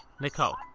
Nicole